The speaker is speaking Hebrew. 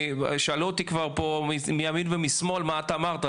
שאלו אותי כבר פה מימין ומשמאל מה אתה אמרת?